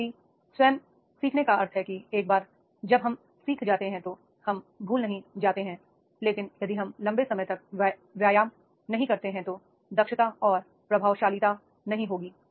हालाँकि स्वयं सीखने का अर्थ है कि एक बार जब हम सीख जाते हैं तो हम भूल नहीं जाते हैं लेकिन यदि हम लंबे समय तक व्यायाम नहीं करते हैं तो दक्षता और प्रभावशीलता नहीं होगी